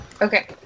Okay